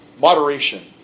Moderation